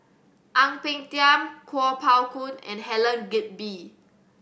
Ang Peng Tiam Kuo Pao Kun and Helen Gilbey